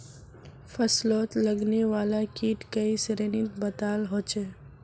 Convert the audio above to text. फस्लोत लगने वाला कीट कई श्रेनित बताल होछे